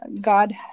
God